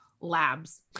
labs